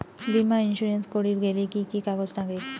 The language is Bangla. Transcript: বীমা ইন্সুরেন্স করির গেইলে কি কি কাগজ নাগে?